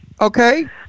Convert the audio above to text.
okay